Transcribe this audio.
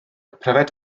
pryfed